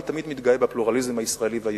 אני תמיד מתגאה בפלורליזם הישראלי והיהודי.